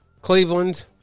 Cleveland